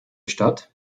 statt